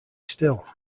still